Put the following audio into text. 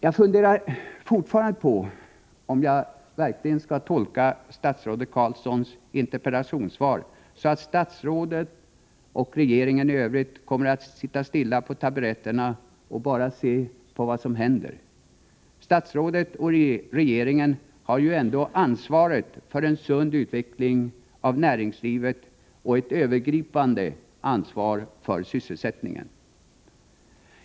Jag funderar fortfarande på om jag verkligen skall tolka statsrådet Carlssons interpellationssvar så, att statsrådet och regeringen i övrigt kommer att sitta stilla på taburetterna och bara se på vad som händer. Statsrådet och regeringen har ju ändå ansvaret för en sund utveckling av näringslivet och ett övergripande ansvar för sysselsättningen.